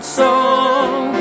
song